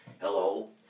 hello